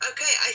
Okay